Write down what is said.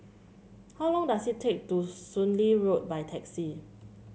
how long does it take to Soon Lee Road by taxi